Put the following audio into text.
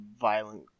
violent